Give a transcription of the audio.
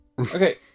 Okay